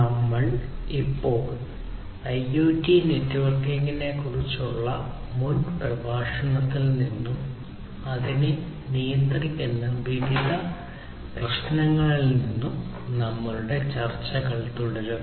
നമ്മൾ ഇപ്പോൾ IoT നെറ്റ്വർക്കിംഗിനെക്കുറിച്ചുള്ള മുൻ പ്രഭാഷണത്തിൽ നിന്നും അതിനെ നിയന്ത്രിക്കുന്ന വ്യത്യസ്ത പ്രശ്നങ്ങളിൽ നിന്നും നമ്മളുടെ ചർച്ചകൾ തുടരുന്നു